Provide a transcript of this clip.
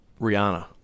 Rihanna